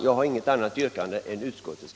Jag har inget annat yrkande än utskottet.